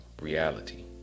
reality